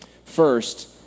First